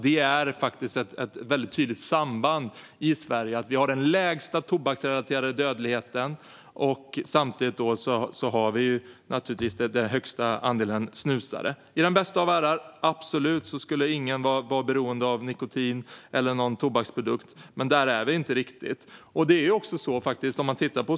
Det är faktiskt ett väldigt tydligt samband i Sverige: Vi har den lägsta tobaksrelaterade dödligheten samtidigt som vi har den högsta andelen snusare. I den bästa av världar - absolut - skulle ingen vara beroende av nikotin eller någon tobaksprodukt, men där är vi inte riktigt.